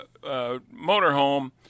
motorhome